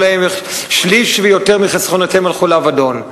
להם איך שליש ויותר מחסכונותיהם הלכו לאבדון,